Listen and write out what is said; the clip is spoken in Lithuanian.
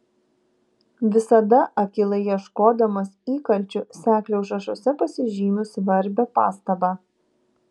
visada akylai ieškodamas įkalčių seklio užrašuose pasižymiu svarbią pastabą